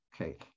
Okay